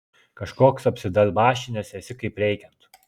kažkoks apsidalbašinęs esi kaip reikiant